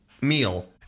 meal